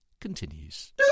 continues